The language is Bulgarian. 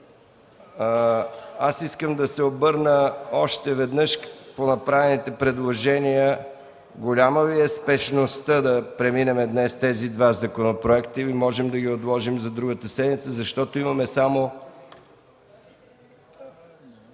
искам да се обърна още веднъж по направените предложения – голяма ли е спешността да преминем днес тези два законопроекта или можем ли да ги отложим за другата седмица? ЛЮТВИ МЕСТАН